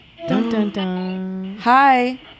Hi